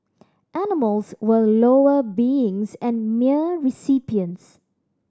animals were lower beings and mere recipients